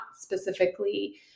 specifically